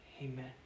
amen